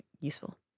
useful